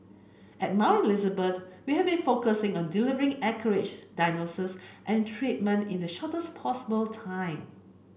at Mount Elizabeth we have been focusing on delivering an accurate diagnosis and treatment in the shortest possible time